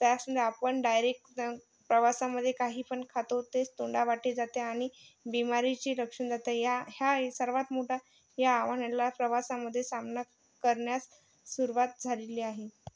त्यासनी आपण डायरेक जाऊन प्रवासामध्ये काही पण खातो तेच तोंडावाटे जाते आणि बीमारीची लक्षण तर या ह्या एक सर्वात मोठा या आव्हानाला प्रवासामध्ये सामना करण्यास सुरुवात झालेली आहे